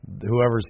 whoever's